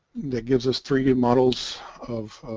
that gives us three models of